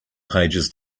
pages